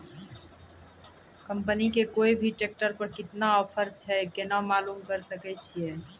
Company के कोय भी ट्रेक्टर पर केतना ऑफर छै केना मालूम करऽ सके छियै?